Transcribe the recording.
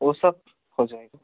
वह सब हो जाएगा